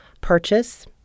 purchase